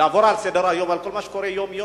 לעבור לסדר-היום על כל מה שקורה יום-יום,